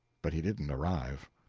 but he didn't arrive.